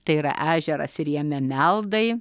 tai yra ežeras ir jame meldai